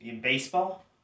Baseball